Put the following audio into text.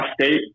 State